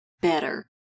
better